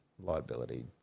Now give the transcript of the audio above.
liability